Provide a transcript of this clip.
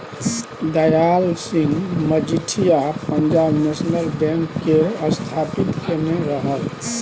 Dayal Singh Majithia Punjab national bank केर स्थापित केने रहय